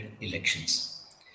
elections